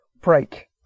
break